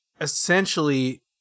essentially